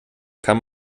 kann